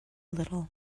little